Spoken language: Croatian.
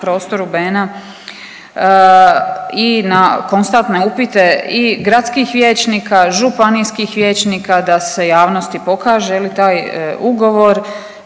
prostoru Bena i na konstantne upite i gradskih vijećnika, županijskih vijećnika da se javnosti pokaže taj ugovor